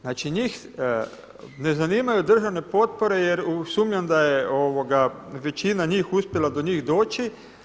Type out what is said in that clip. Znači njih ne zanimaju državne potpore jer sumnjam da je većina njih uspjela do njih doći.